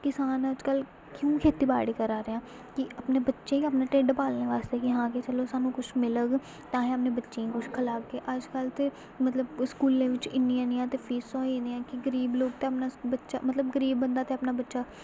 किसान अज्जकल क्यों खेती बाड़ी करा दे आं कि अपने बच्चें ई अपने ढिड्ड पालने बास्तै कि हां कि चलो सानूं कुछ मिलग ते असें अपने बच्चें गी कुछ खलागे अज्जकल ते मतलब स्कूलें बिच इ'न्नियां इ'न्नियां ते फीसां होई दियां कि गरीब लोक ते अपना बच्चा मतलब गरीब बंदा ते अपना बच्चा